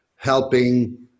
helping